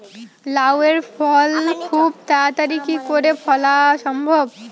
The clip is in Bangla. লাউ এর ফল খুব তাড়াতাড়ি কি করে ফলা সম্ভব?